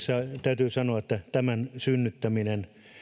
täytyy sanoa että tämän synnyttäminen